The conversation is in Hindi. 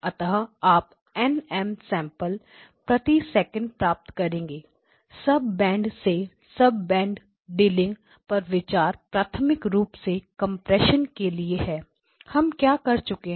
अतः आप NM सैंपल प्रति सेकंड प्राप्त करेंगे सब बैंड से सब बैंड डीलिंग पर विचार प्राथमिक रूप से कंप्रेशन के लिए है हम क्या कर चुके हैं